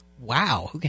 wow